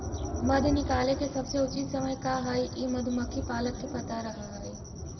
मध निकाले के सबसे उचित समय का हई ई मधुमक्खी पालक के पता रह हई